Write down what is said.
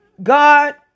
God